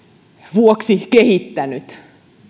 vuoksi kehittänyt